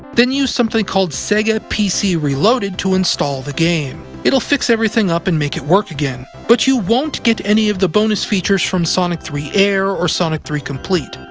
then use something called sega pc reloaded to install the game. it'll fix everything up and make it work again, but you won't get any of the bonus features from sonic three air or sonic three complete,